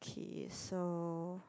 okay so